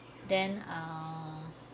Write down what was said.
then err